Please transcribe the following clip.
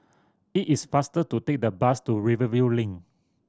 it is faster to take the bus to Rivervale Link